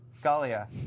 Scalia